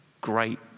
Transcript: great